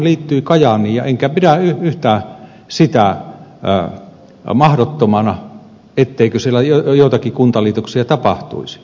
vuolijokihan liittyi kajaaniin enkä pidä sitä yhtään mahdottomana etteikö siellä joitakin kuntaliitoksia tapahtuisi